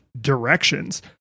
directions